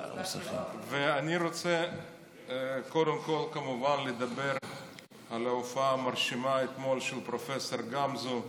אני רוצה קודם כול כמובן לדבר על ההופעה המרשימה אתמול של פרופ' גמזו,